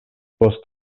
post